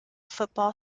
football